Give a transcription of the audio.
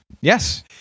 Yes